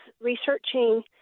researching